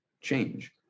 change